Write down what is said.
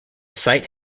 site